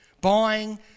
buying